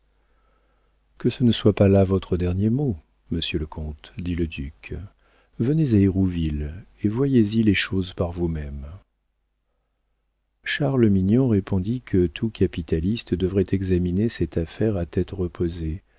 que ce ne soit pas là votre dernier mot monsieur le comte dit le duc venez à hérouville et voyez y les choses par vous-même charles mignon répondit que tout capitaliste devrait examiner cette affaire à tête reposée